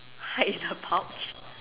hide in the pouch